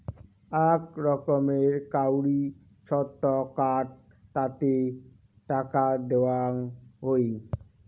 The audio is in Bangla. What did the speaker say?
আক রকমের কাউরি ছক্ত কার্ড তাতে টাকা দেওয়াং হই